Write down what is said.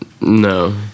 No